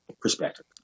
perspective